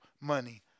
money